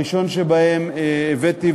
את הראשון שבהם הבאתי,